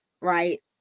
right